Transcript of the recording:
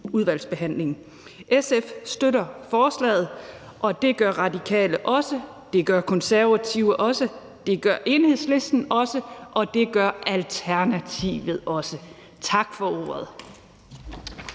SF støtter forslaget. Det gør Radikale også, og det gør Konservative, Enhedslisten og Alternativet også. Tak for ordet.